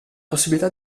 possibilità